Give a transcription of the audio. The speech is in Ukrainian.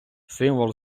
символ